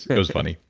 it was funny.